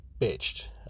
Bitched